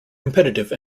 competitive